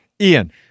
Ian